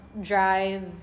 drive